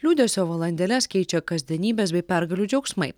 liūdesio valandėles keičia kasdienybės bei pergalių džiaugsmai